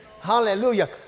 Hallelujah